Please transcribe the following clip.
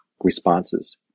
responses